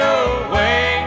away